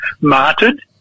martyred